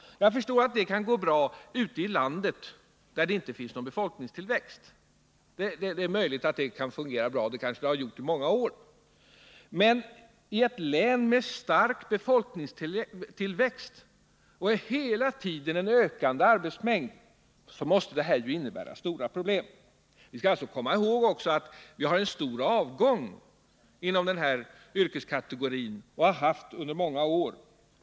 Jag förstår att det kan gå bra ute i landet, där det inte finns någon befolkningstillväxt. Det är möjligt att det där kan fungera bra, och det kanske det har gjort i många år. Men i ett län med stark befolkningstillväxt och hela tiden en ökande arbetsmängd måste detta innebära stora problem. Vi skall också komma ihåg att vi har och under många år har haft en stor avgång inom denna yrkeskategori.